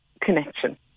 connection